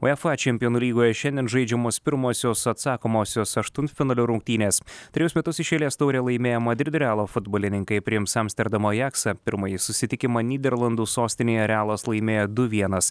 uefa čempionų lygoje šiandien žaidžiamos pirmosios atsakomosios aštuntfinalio rungtynės trejus metus iš eilės taurę laimėję madrido realo futbolininkai priims amsterdamo ajaksa pirmąjį susitikimą nyderlandų sostinėje realas laimėjo du vienas